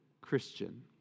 Christian